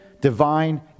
divine